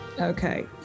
Okay